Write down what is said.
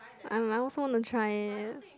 I might also want to try